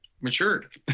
matured